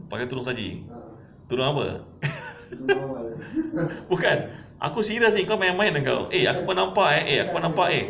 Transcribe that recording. pakai tudung salji tudung apa bukan aku serious ni kau main-main kau eh aku pernah nampak eh